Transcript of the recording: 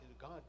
God